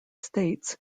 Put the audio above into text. states